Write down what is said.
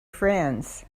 friends